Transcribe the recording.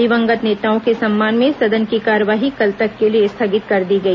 दिवंगत नेताओं के सम्मान में सदन की कार्यवाही कल तक के लिए स्थगित कर दी गई